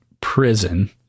prison